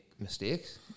mistakes